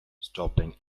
stopping